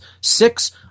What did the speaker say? Six